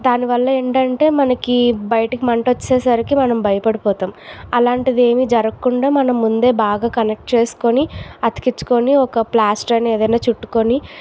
దానివల్ల ఏమిటంటే మనకి బయటకి మంట వచ్చే సరికి మనం బయపడిపోతాం అలాంటిది ఏమి జరుగకుండా మనము ముందే బాగా కనెక్ట్ చేసుకోని అతికించుకుని ఒక ప్లాస్టర్ అనేది ఏదైనా చుట్టుకోని